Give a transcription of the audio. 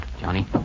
Johnny